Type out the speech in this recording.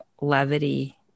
levity